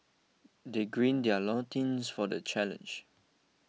they gird their loins for the challenge